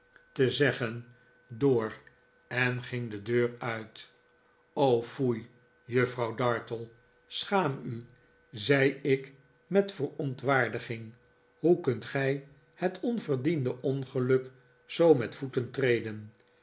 te zeggen door en ging de deur uit foei juffrouw dartle schaam u zei ik met verontwaardiging hoe kunt gij het onverdiende ongeluk zoo met voeten treden